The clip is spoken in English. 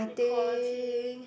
equality